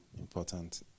important